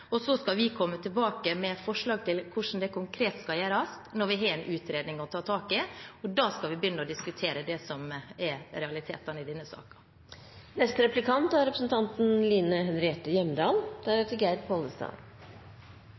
Så skal vi komme tilbake med et forslag til hvordan det konkret kan gjøres, når vi har en utredning å ta tak i. Da skal vi begynne å diskutere det som er realitetene i denne